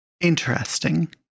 Interesting